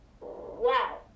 wow